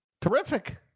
Terrific